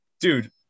dude